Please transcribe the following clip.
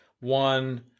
one